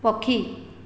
ପକ୍ଷୀ